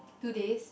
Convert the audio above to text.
two days